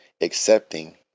accepting